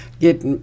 get